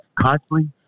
constantly